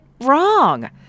wrong